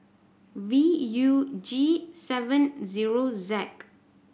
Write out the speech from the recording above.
V U G seven zero Z